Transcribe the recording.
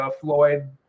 Floyd